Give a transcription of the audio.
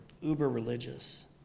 uber-religious